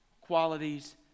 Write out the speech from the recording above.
qualities